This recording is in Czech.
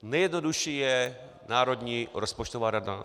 Nejjednodušší je národní rozpočtová rada.